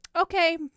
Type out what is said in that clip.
okay